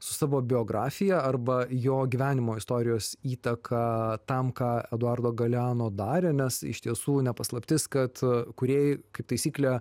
su savo biografija arba jo gyvenimo istorijos įtaka tam ką eduardo galeano darė nes iš tiesų ne paslaptis kad kūrėjai kaip taisyklė